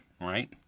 right